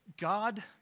God